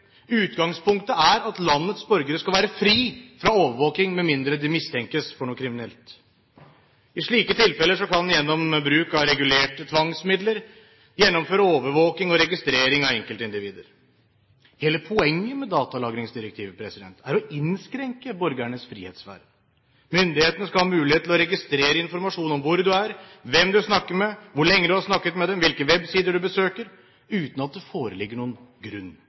Utgangspunktet er at landets borgere skal være fri fra overvåking med mindre de mistenkes for noe kriminelt. I slike tilfeller kan man gjennom bruk av regulerte tvangsmidler gjennomføre overvåking og registrering av enkeltindivider. Hele poenget med datalagringsdirektivet er å innskrenke borgernes frihetssfære. Myndighetene skal ha mulighet til å registrere informasjon om hvor du er, hvem du snakker med, hvor lenge du har snakket med dem, og hvilke websider du besøker, uten at det foreligger noen grunn